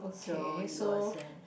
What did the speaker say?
so you were saying